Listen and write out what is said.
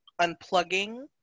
unplugging